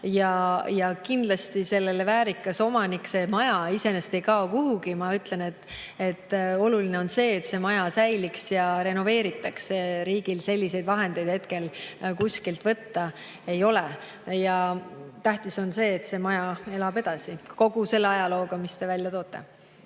ta ministeeriumihoonena ebamugavas kohas. See maja iseenesest ei kao kuhugi. Ma ütlen, et oluline on see, et see maja säiliks ja ta renoveeritaks. Riigil selliseid vahendeid hetkel kuskilt võtta ei ole. Tähtis on see, et see maja elab edasi kogu selle ajalooga, mille te välja tõite.